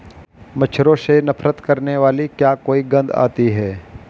मच्छरों से नफरत करने वाली क्या कोई गंध आती है?